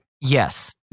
yes